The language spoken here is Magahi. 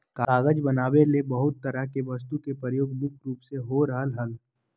कागज बनावे ले बहुत तरह के वस्तु के प्रयोग मुख्य रूप से हो रहल हल